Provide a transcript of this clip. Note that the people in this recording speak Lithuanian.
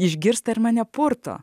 išgirsta ir mane purto